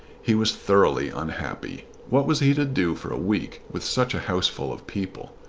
he was thoroughly unhappy. what was he to do for a week with such a houseful of people?